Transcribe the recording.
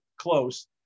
close